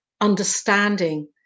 understanding